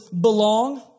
belong